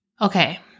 Okay